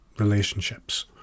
relationships